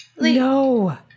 No